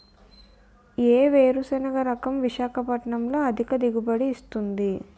ఏ వేరుసెనగ రకం విశాఖపట్నం లో అధిక దిగుబడి ఇస్తుంది?